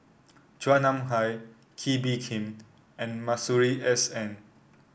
Chua Nam Hai Kee Bee Khim and Masuri S N